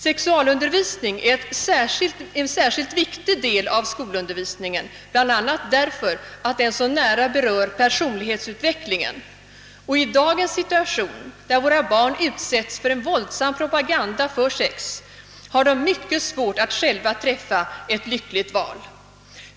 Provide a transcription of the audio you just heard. Sexualundervisning är en särskilt viktig del av skolundervisningen, bland annat därför att den så nära berör personlighetsutvecklingen. Och i dagens situation, där våra barn utsätts för en våldsam propaganda för sex, har de mycket svårt att själva träffa ett lyckligt val.